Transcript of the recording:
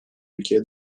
ülkeye